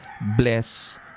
bless